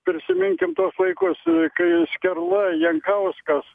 prisiminkim tuos laikus kai skerla jankauskas